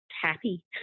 happy